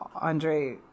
Andre